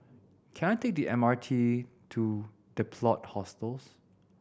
can I take the M R T to The Plot Hostels